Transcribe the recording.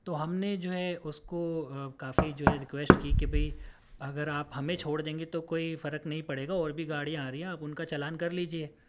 تو ہم نے جو ہے اس کو کافی جو ہے ریکویسٹ کی کہ بھائی اگر آپ ہمیں چھوڑ دیں گے تو کوئی فرق نہیں پڑے گا اور بھی گاڑیاں آ رہی ہے آپ ان کا چلان کر لیجیے